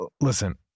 listen